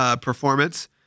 performance